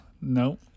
no